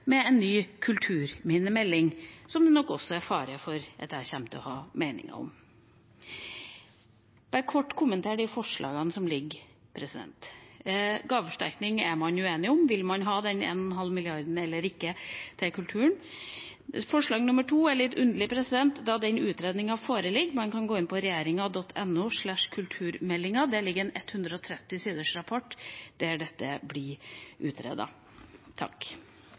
med en ny kulturminnemelding, som det nok også er fare for at jeg kommer til å ha meninger om. La meg bare kort kommentere forslag som foreligger. Gaveforsterkning er man uenig om – vil man ha de 1,5 mrd. kr til kulturen eller ikke? Forslag nr. 2 er litt underlig, da den utredningen foreligger. Man kan gå inn på regjeringen.no/kulturmelding – der ligger det en 130-siders rapport hvor dette blir